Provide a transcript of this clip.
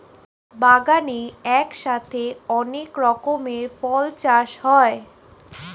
বাগানে একসাথে অনেক রকমের ফল চাষ হয়